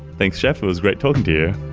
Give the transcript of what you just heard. thanks, jeff. it was great talking to you.